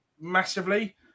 massively